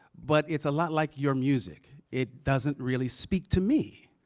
but it's a lot like your music. it doesn't really speak to me.